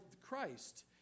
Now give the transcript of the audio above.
Christ